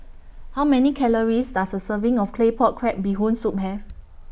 How Many Calories Does A Serving of Claypot Crab Bee Hoon Soup Have